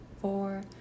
four